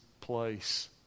place